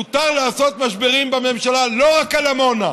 מותר לעשות משברים בממשלה לא רק על עמונה,